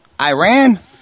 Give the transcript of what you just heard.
Iran